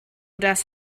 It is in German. das